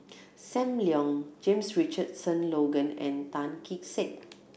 Sam Leong James Richardson Logan and Tan Kee Sek